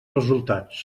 resultats